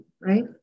right